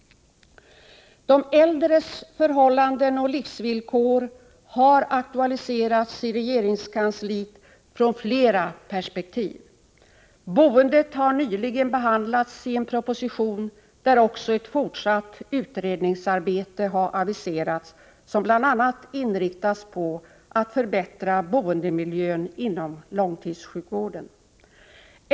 De äldres förhållanden och livsvillkor har aktualiserats inom regeringskansliet utifrån flera perspektiv. Boendet har nyligen behandlats i en proposition där också ett fortsatt utredningsarbete har aviserats som bl.a. inriktas på att förbättra boendemiljön inom långtidssjukvården.